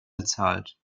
bezahlt